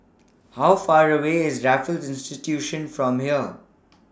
How Far away IS Raffles Institution from here